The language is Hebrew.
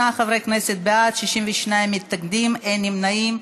38 חברי כנסת בעד, 62 מתנגדים, אין נמנעים.